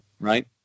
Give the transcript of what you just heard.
right